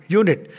unit